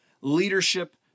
leadership